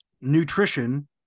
nutrition